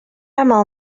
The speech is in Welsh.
aml